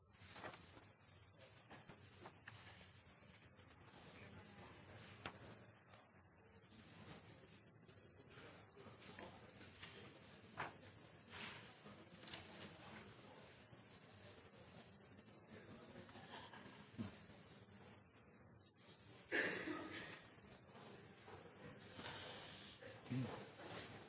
president